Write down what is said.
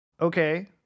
okay